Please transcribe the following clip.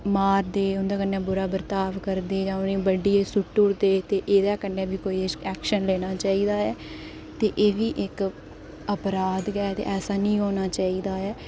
मारदे उंदे कन्नै बुरा बर्ताब करदे उनें गी बड्ढियै सु'ट्टी ओड्दे ते एह्दे कन्ने बी कोई एक ऐक्शन लैना चाहिदा ऐ ते एह्बी इक अपराघ गै ऐ ते ऐसा नेईं होना चाहिदा